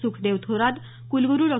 सुखदेव थोरात कुलगुरु डॉ